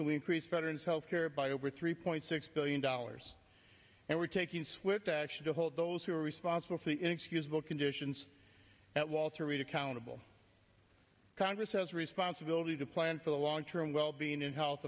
we increase veterans health care by over three point six billion dollars and we're taking swift action to hold those who are responsible for the inexcusable conditions at walter reed accountable congress has a responsibility to plan for the long term well being in health